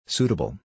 Suitable